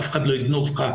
אף אחד לא יגנוב לך,